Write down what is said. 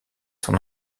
son